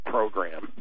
Program